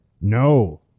No